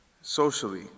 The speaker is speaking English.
Socially